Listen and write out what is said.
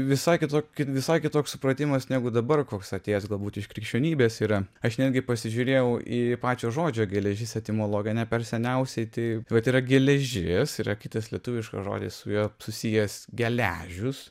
visai kitokie visai kitoks supratimas negu dabar koks atėjęs galbūt iš krikščionybės yra aš netgi pasižiūrėjau į pačią žodžio geležis etimologiją ne per seniausiai tai vat ir yra geležies yra kitas lietuviškas žodis su juo susijęs geležius